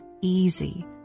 easy